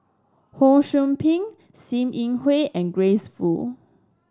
Ho Sou Ping Sim Yi Hui and Grace Fu